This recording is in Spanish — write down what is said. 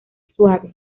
suave